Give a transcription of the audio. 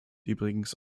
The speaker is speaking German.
übrigens